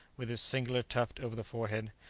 with its singular tuft over the forehead,